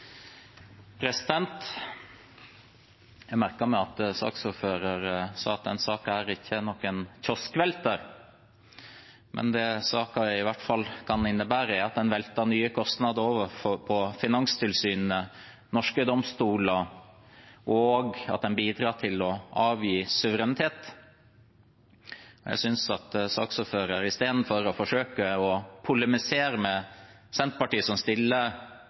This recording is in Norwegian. noen kioskvelter, men det saken i hvert fall kan innebære, er at den velter nye kostnader over på Finanstilsynet og norske domstoler, og at den bidrar til å avgi suverenitet. Jeg synes at saksordføreren – istedenfor å forsøke å polemisere med Senterpartiet, som stiller